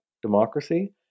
democracy